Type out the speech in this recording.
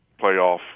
playoff